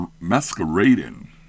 masquerading